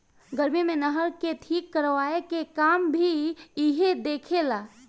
गर्मी मे नहर के ठीक करवाए के काम भी इहे देखे ला